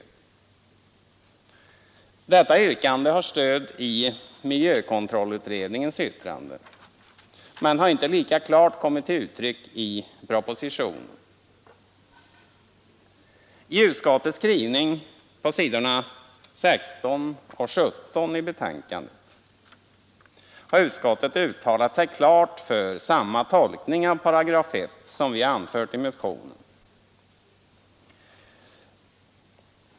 Detta yrkande har stöd i miljökontrollutredningens yttrande men har inte lika klart kommit till uttryck i propositionen. I utskottets skrivning på s. 16 och 17 i betänkandet har utskottet uttalat sig klart för samma tolkning av 1 § som vi har anfört i motionen.